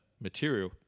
material